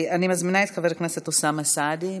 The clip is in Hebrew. אני מזמינה את חבר הכנסת אוסאמה סעדי.